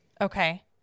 Okay